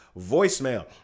voicemail